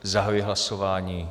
Zahajuji hlasování.